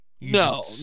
No